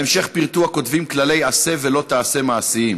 בהמשך פירטו הכותבים כללי עשה ולא תעשה מעשיים: